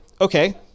okay